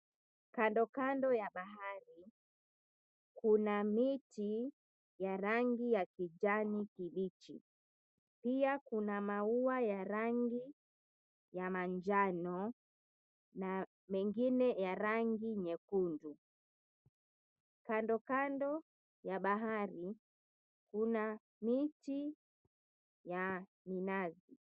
Kando kando ya bahari kuna miti ya rangi ya kijani kibichi pia kuna maua ya rangi ya manjano na mengine ya rangi nyekundu, kando kando ya barabara kuna miti ya minazi.